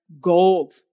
gold